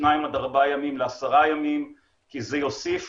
בשניים עד ארבעה ימים לעשרה ימים, כי זה יוסיף